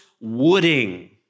wooding